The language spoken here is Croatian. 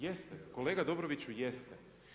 Jeste, kolega Dobroviću, jeste.